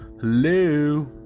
Hello